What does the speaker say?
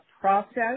process